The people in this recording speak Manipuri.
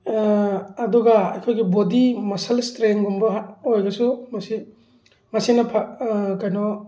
ꯑꯗꯨꯒ ꯑꯩꯈꯣꯏꯒꯤ ꯕꯣꯗꯤ ꯃꯁꯜ ꯏꯁꯇ꯭ꯔꯦꯡꯒꯨꯝꯕ ꯑꯣꯏꯔꯁꯨ ꯃꯁꯤ ꯃꯁꯤꯅ ꯀꯩꯅꯣ